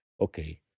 okay